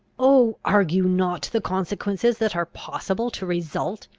oh, argue not the consequences that are possible to result!